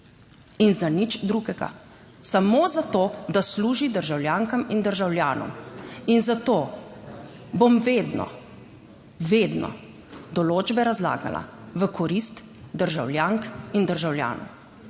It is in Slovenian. in za nič drugega, samo zato, da služi državljankam in državljanom. In zato bom vedno, vedno določbe razlagala v korist državljank in državljanov,